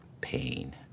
pain